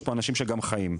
יש פה אנשים שגם חיים.